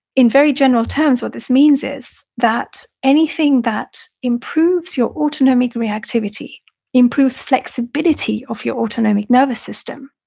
in very general terms, what this means is that anything that improves your autonomic reactivity improves flexibility of your autonomic nervous system,